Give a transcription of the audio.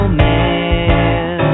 man